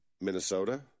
Minnesota